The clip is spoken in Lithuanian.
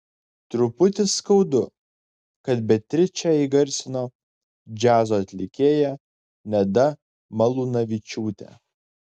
truputį skaudu kad beatričę įgarsino džiazo atlikėja neda malūnavičiūtė